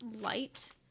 light